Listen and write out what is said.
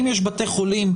אם יש בתי חולים,